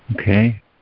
Okay